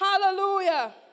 Hallelujah